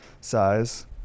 size